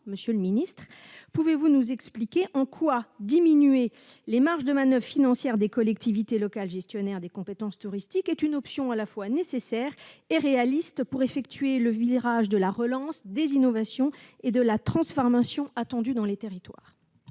Monsieur le secrétaire d'État, pouvez-vous nous expliquer en quoi diminuer les marges de manoeuvre financières des collectivités locales gestionnaires des compétences touristiques est une option à la fois nécessaire et réaliste pour prendre le virage de la relance, des innovations et de la transformation, attendu dans les territoires ?